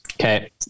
Okay